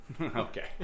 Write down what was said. Okay